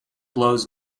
blows